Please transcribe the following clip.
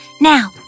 now